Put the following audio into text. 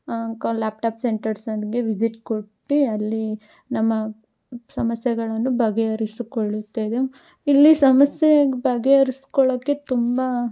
called laptop ಸೆಂಟರ್ಸಲ್ಲಿಗೆ visit ಕೊಟ್ಟು ಅಲ್ಲಿ ನಮ್ಮ ಸಮಸ್ಯೆಗಳನ್ನು ಬಗೆಹರಿಸಿಕೊಳ್ಳುತ್ತೇವೆ ಇಲ್ಲಿ ಸಮಸ್ಯೆ ಬಗೆಹರಿಸ್ಕೊಳ್ಳೋಕೆ ತುಂಬ